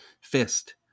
fist